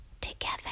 together